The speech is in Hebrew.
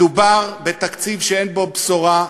מדובר בתקציב שאין בו בשורה.